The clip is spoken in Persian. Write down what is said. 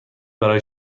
برای